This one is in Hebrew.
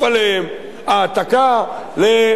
העתקה למקום אחר.